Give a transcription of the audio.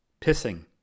pissing